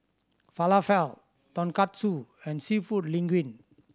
Falafel Tonkatsu and Seafood Linguine